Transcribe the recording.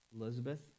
Elizabeth